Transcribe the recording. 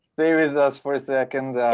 there is us for a second.